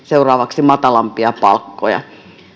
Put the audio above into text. seuraavaksi esimerkiksi matalampia palkkoja